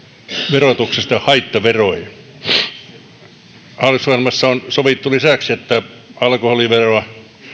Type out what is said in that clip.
verotuksesta haittaveroihin hallitusohjelmassa on sovittu lisäksi että alkoholiveroa